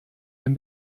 dem